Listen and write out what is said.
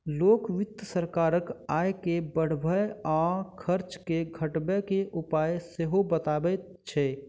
लोक वित्त सरकारक आय के बढ़बय आ खर्च के घटबय के उपाय सेहो बतबैत छै